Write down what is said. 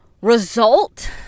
result